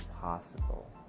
possible